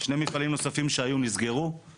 שני מפעלים נוספים שהיו נסגרו,